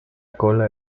cola